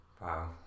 wow